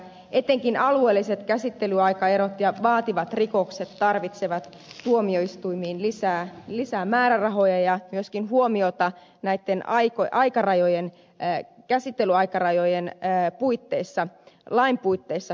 etenkin alueelliset käsittelyaikaerot ja vaativat rikokset tarvitsevat tuomioistuimiin lisämäärärahoja ja myöskin huomiota käsittelyaikarajojen lain puitteissa toimimiselle